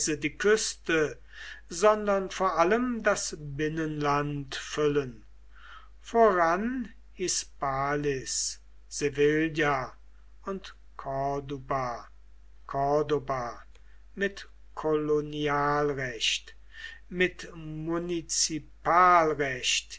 die küste sondern vor allem das binnenland füllen voran hispalis sevilla und corduba cordoba mit kolonialrecht mit